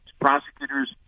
Prosecutors